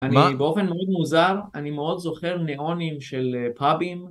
אני באופן מאוד מוזר, אני מאוד זוכר נאונים של פאבים